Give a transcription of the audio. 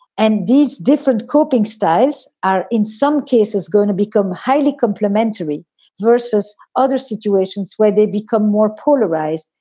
and these different coping styles are in some cases going to become highly complimentary versus other situations where they become more polarized.